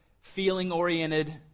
feeling-oriented